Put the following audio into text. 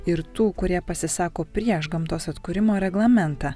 ir tų kurie pasisako prieš gamtos atkūrimo reglamentą